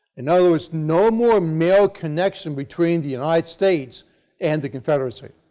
in other words no more mail connection between the united states and the confederacy.